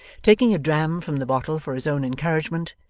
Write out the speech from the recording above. taking a dram from the bottle for his own encouragement,